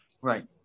Right